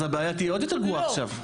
אז הבעיה תהיה עוד יותר גרועה עכשיו.